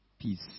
Peace